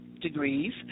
Degrees